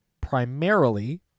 primarily